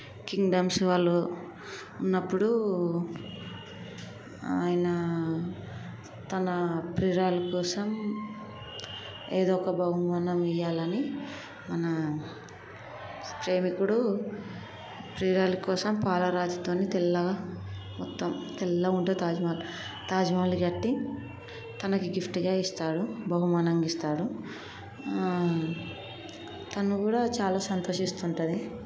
kingdoms వాళ్ళు ఉన్నప్పుడు ఆయన తన ప్రియురాలు కోసం ఏదో ఒక బహుమానం ఇవ్వాలని మన ప్రేమికుడు ప్రియురాలి కోసం పాల రాతితో తెల్లగా మొత్తం తెల్లగా ఉంటుంది తాజ్మహల్ తాజ్మహల్ని కట్టి తనకి గిఫ్టుగా ఇస్తారు బహుమానంగా ఇస్తారు తను కూడా చాలా సంతోషిస్తూ ఉంటుంది